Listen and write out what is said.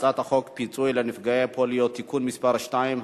הצעת חוק פיצוי לנפגעי פוליו (תיקון מס' 2),